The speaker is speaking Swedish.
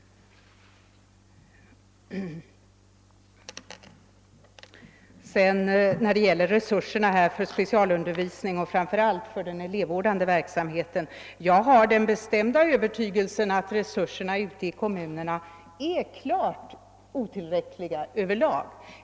: När det gäller specialundervisningen och den elevvårdande verksamheten har jag den bestämda övertygelsen att resurserna ute i kommunerna över lag är klart otillräckliga.